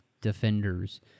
Defenders